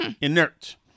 Inert